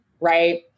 Right